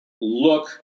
look